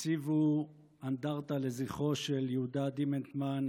הציבו אנדרטה לזכרו של יהודה דימנטמן,